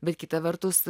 bet kita vertus